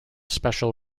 special